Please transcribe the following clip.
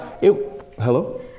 Hello